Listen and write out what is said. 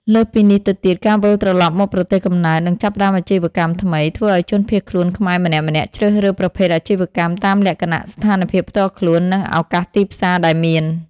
លើសពីនេះទៅទៀត ការវិលត្រឡប់មកប្រទេសកំណើតនិងចាប់ផ្តើមអាជីវកម្មថ្មី ធ្វើឲ្យជនភៀសខ្លួនខ្មែរម្នាក់ៗជ្រើសរើសប្រភេទអាជីវកម្មតាមលក្ខណៈស្ថានភាពផ្ទាល់ខ្លួន និងឱកាសទីផ្សារដែលមាន។